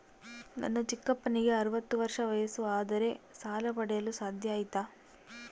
ನನ್ನ ಚಿಕ್ಕಪ್ಪನಿಗೆ ಅರವತ್ತು ವರ್ಷ ವಯಸ್ಸು ಆದರೆ ಸಾಲ ಪಡೆಯಲು ಸಾಧ್ಯ ಐತಾ?